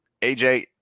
AJ